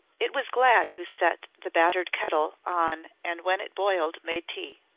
it was glad who set the battered kettle on and when it boiled made tea.